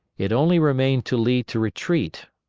it only remained to lee to retreat,